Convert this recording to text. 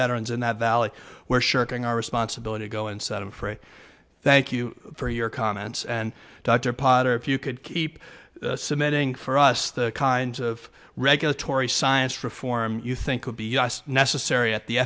veterans in that valley where shirking our responsibility go inside fred thank you for your comments and dr potter if you could keep submitting for us the kinds of regulatory science reform you think would be necessary at the